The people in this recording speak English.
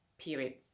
periods